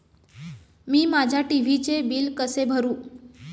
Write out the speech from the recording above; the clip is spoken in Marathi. मी माझ्या टी.व्ही चे बिल कसे भरू?